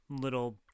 little